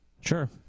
Sure